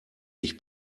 ich